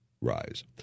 rise